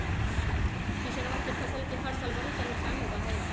किसनवन के फसल के हर साल बहुत सा नुकसान होबा हई